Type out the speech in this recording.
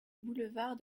boulevard